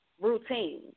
routine